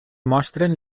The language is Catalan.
mostren